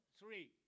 three